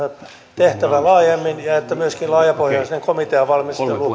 tehtävä laajemmin ja että myöskin laajapohjainen komiteavalmistelu